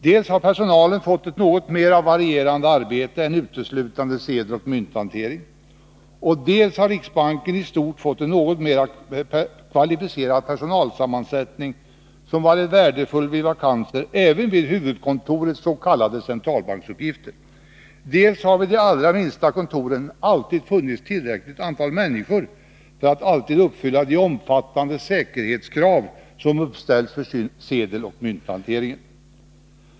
Dels har personalen fått ett något mera varierande arbete än uteslutande sedeloch mynthantering, dels har riksbanken i stort fått en något mera kvalificerad personalsammansättning som varit värdefull vid vakanser, även vid huvudkontorets s.k. centralbanksuppgifter, dels har vid de allra minsta kontoren tillräckligt antal personer varit tillgängliga för att alltid uppfylla de omfattande säkerhetskrav som uppställts för sedeloch mynthanteringen.